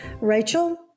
Rachel